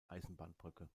eisenbahnbrücke